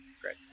Great